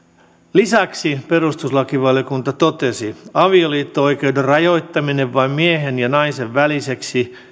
lisäksi perustuslakivaliokunta totesi että avioliitto oikeuden rajoittaminen vain miehen ja naisen väliseksi